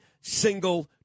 single